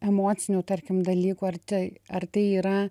emocinių tarkim dalykų ar tai ar tai yra